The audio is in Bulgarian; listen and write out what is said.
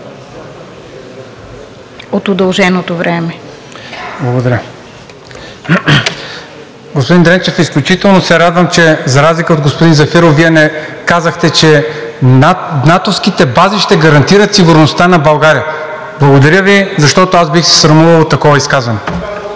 ГАНЕВ (ВЪЗРАЖДАНЕ): Благодаря. Господин Дренчев, изключително се радвам, че за разлика от господин Зафиров Вие не казахте, че натовските бази ще гарантират сигурността на България. Благодаря Ви. Защото бих се срамувал от такова изказване.